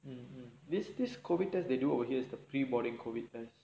um this this COVID test they do over here is the free boarding COVID test